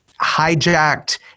hijacked